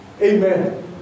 Amen